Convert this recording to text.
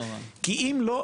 כי אם לא,